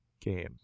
game